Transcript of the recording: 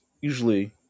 usually